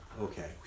Okay